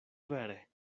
vere